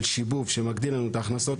של שיבוב שמגדיל לנו את ההכנסות,